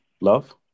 Love